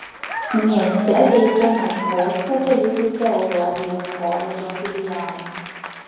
mieste veikia maskvos katalikų teologijos koledžo filialas